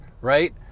right